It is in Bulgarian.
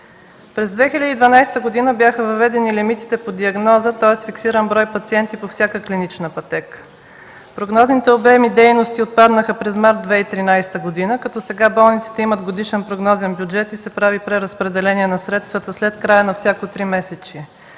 През 2012 г. бяха въведени лимитите по диагноза, тоест фиксиран брой пациенти по всяка клинична пътека. Прогнозните обемни дейности отпаднаха през март 2013 г. като сега болниците имат годишен прогнозен бюджет и се прави преразпределение на средствата след края на всяко тримесечие.